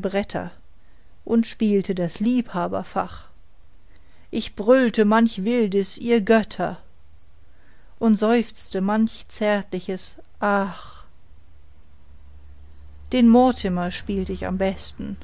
bretter und spielte das liebhaberfach ich brüllte manch wildes ihr götter ich seufzte manch zärtliches ach den mortimer spielt ich am besten